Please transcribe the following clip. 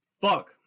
Fuck